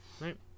Right